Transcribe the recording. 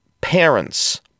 Parents